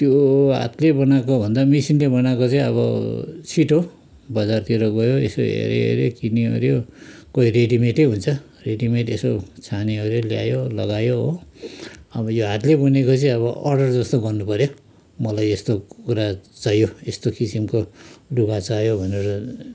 त्यो हातले बनाएकोभन्दा मिसिनले बनाएको चाहिँ अब छिट्टो बजारतिर गयो यसो हेऱ्यो हेऱ्यो किन्यो ओऱ्यो कोही रेडिमेडै हुन्छ रेडिमेड यसो छान्यो ओर्यो ल्यायो लगायो हो अब यो हातले बुनेको चाहिँ अब अर्डर जस्तो गर्नु पऱ्यो मोलाई यस्तो कुरा चाहियो यस्तो किसिमको लुगा चाहियो भनेर